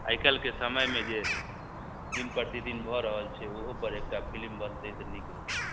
आइकाल्हिके समयमे जे दिन प्रतिदिन भऽ रहल छै ओहो पर एकटा फिलिम बनतै तऽ नीक रहै